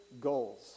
goals